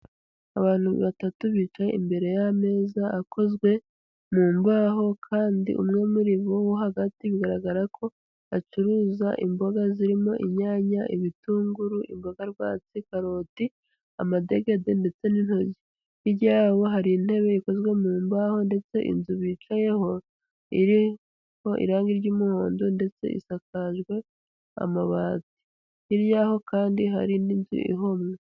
Abantu batatu bicaye imbere y'ameza akozwe mu mbaho, kandi umwe muri bo wo hagati bigaragara ko acuruza imboga zirimo inyanya, ibitunguru, imboga rwatsi, karoti, amadegede ndetse n'intoryi. Hirya yabo hari intebe ikozwe mu mbaho, ndetse inzu bicayeho iriho irangi ry'umuhondo, ndetse isakajwe amabati. Hirya yabo kandi hari n'inzu ihomye.